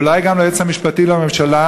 ואולי גם ליועץ המשפטי לממשלה,